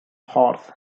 horse